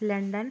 London